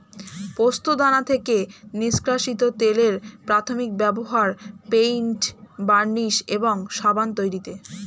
পোস্তদানা থেকে নিষ্কাশিত তেলের প্রাথমিক ব্যবহার পেইন্ট, বার্নিশ এবং সাবান তৈরিতে